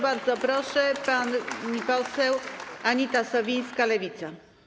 Bardzo proszę, pani poseł Anita Sowińska, Lewica.